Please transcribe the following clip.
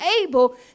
able